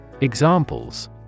Examples